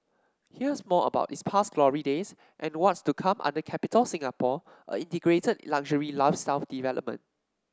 here's more about its past glory days and what's to come under Capitol Singapore an integrated luxury lifestyle development